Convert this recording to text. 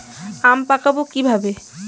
আম পাকাবো কিভাবে?